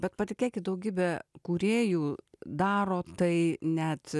bet patikėkit daugybę kūrėjų daro tai net